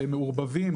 מעורבבים,